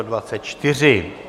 24.